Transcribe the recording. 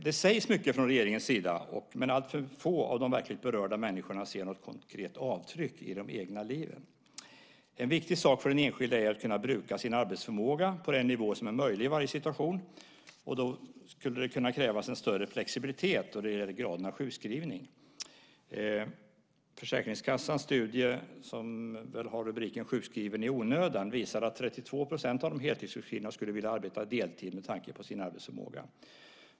Det sägs mycket från regeringens sida, men få av de berörda människorna ser något konkret avtryck i sina egna liv. En viktig sak för den enskilde är att kunna bruka sin arbetsförmåga på den nivå som i varje situation är möjlig. Det skulle därför krävas större flexibilitet när det gäller graden av sjukskrivning. Försäkringskassans studier, som har rubriken Sjukskriven i onödan? , visar att 32 % av de heltidssjukskrivna skulle vilja arbeta deltid med tanke på deras arbetsförmåga.